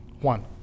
One